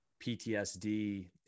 PTSD